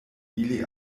ili